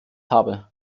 habe